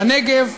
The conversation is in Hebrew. בנגב,